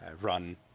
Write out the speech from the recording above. run